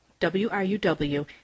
WRUW